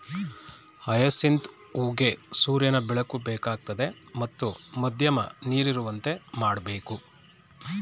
hyacinth ಹೂಗೆ ಸೂರ್ಯನ ಬೆಳಕು ಬೇಕಾಗ್ತದೆ ಮತ್ತು ಮಧ್ಯಮ ನೀರಿರುವಂತೆ ಮಾಡ್ಬೇಕು